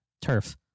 turf